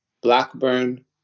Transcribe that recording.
Blackburn